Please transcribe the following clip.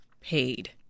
paid